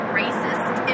racist